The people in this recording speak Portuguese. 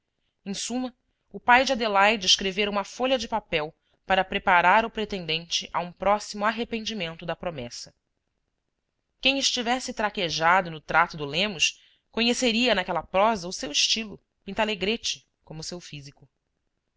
em suma o pai de adelaide escrevera uma folha de papel para preparar o pretendente a um próximo arrependimento da promessa quem estivesse traquejado no trato do lemos conheceria naquela prosa o seu estilo pintalegrete como o seu físico